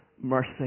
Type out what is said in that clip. mercy